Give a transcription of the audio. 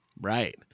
Right